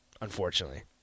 unfortunately